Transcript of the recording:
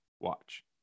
watch